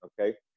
okay